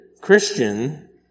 Christian